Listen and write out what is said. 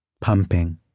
pumping